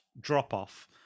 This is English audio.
drop-off